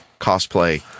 cosplay